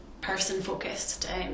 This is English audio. person-focused